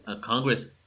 Congress